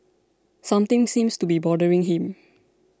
something seems to be bothering him